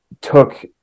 took